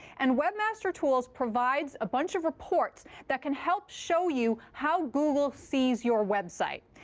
and webmaster tools provides a bunch of reports that can help show you how google sees your website.